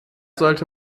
sollte